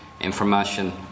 information